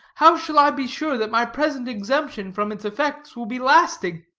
how shall i be sure that my present exemption from its effects will be lasting?